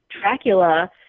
Dracula